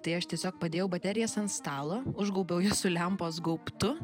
tai aš tiesiog padėjau baterijas ant stalo užgrobiau jas su lempos gaubtu